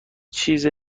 چیز